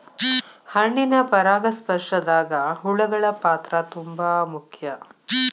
ಹಣ್ಣಿನ ಪರಾಗಸ್ಪರ್ಶದಾಗ ಹುಳಗಳ ಪಾತ್ರ ತುಂಬಾ ಮುಖ್ಯ